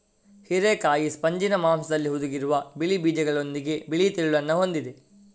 ಹಿರೇಕಾಯಿ ಸ್ಪಂಜಿನ ಮಾಂಸದಲ್ಲಿ ಹುದುಗಿರುವ ಬಿಳಿ ಬೀಜಗಳೊಂದಿಗೆ ಬಿಳಿ ತಿರುಳನ್ನ ಹೊಂದಿದೆ